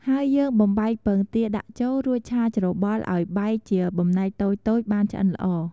ហើយយើងបំបែកពងទាដាក់ចូល រួចឆាច្របល់ឱ្យបែកជាបំណែកតូចៗ បានឆ្អិនល្អ។